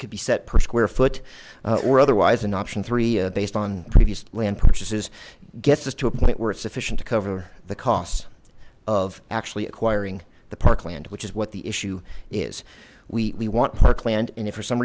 could be set per square foot or otherwise an option three based on previous land purchases gets us to a point where it's sufficient to cover the costs of actually acquiring the park land which is what the issue is we want parkland and if for some